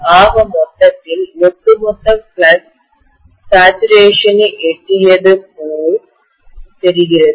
ஆக மொத்தத்தில் ஒட்டுமொத்த ஃப்ளக்ஸ் தன்நிறைவு சேச்சுரேஷனை எட்டியது போல் தெரிகிறது